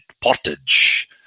pottage